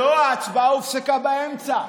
לא, ההצבעה הופסקה באמצע.